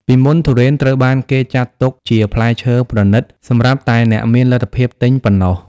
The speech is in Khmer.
ពីមុនទុរេនត្រូវបានគេចាត់ទុកជាផ្លែឈើប្រណីតសម្រាប់តែអ្នកមានលទ្ធភាពទិញប៉ុណ្ណោះ។